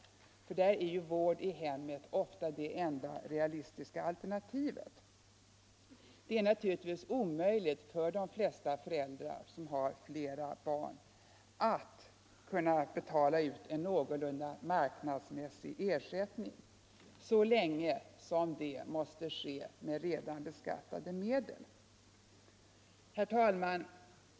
Där är ju vård i hemmet ofta det enda realistiska alternativet. Det är naturligtvis omöjligt för de flesta föräldrar som har flera barn att betala ut en någorlunda marknadsmässig ersättning så länge som det måste ske med redan beskattade medel. Herr talman!